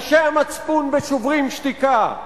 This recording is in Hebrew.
אנשי המצפון ב"שוברים שתיקה",